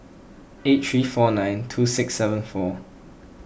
eight three four nine two six seven four